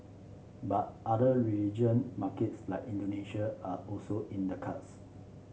but other region markets like Indonesia are also in the cards